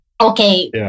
Okay